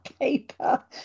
paper